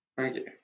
Okay